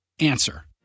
Answer